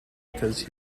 because